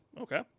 Okay